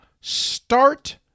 start